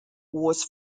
was